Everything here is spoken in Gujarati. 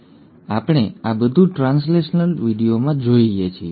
હવે આપણે આ બધું ટ્રાન્સલેશનલ વિડિઓમાં જોઈએ છીએ